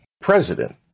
president